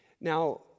Now